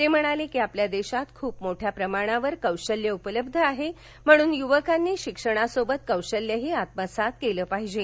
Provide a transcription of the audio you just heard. ते म्हणाले की आपल्या देशात खूप मोठ्या प्रमाणावर कौशल्य उपलब्ध आहे म्हणून युवकांनी शिक्षणाबरोबर कौशल्यही आत्मसात केले पाहिजे